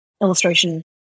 illustration